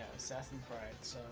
assessing rights